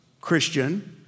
Christian